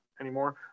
anymore